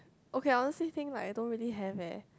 okay I honestly think like I don't really have eh